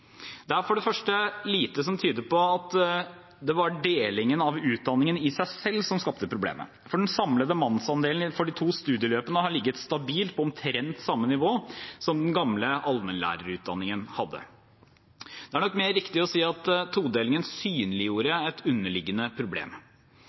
Det er for det første lite som tyder på at det var delingen av utdanningen i seg selv som skapte problemet, for den samlede andelen menn i de to studieløpene har ligget stabilt på omtrent samme nivå som den gamle allmennlærerutdanningen. Det er nok mer riktig å si at todelingen synliggjorde et underliggende problem.